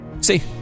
See